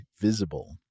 Visible